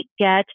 get